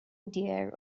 dear